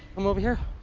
come over here.